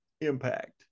impact